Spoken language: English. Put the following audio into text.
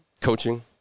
coaching